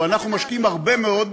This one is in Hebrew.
אנחנו משקיעים הרבה מאוד